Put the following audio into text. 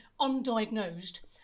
undiagnosed